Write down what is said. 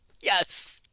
yes